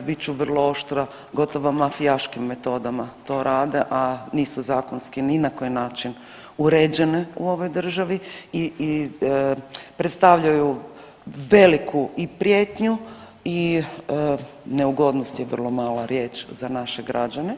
bit ću vrlo oštra gotovo mafijaškim metodama to rade, a nisu zakonski ni na koji način uređene u ovoj državi i predstavljaju veliku i prijetnju i neugodnost je vrlo mala riječ za naše građane.